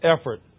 effort